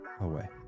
Away